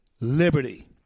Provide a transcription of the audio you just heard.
liberty